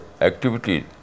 activities